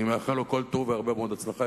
אני מאחל לו כל טוב והרבה מאוד הצלחה.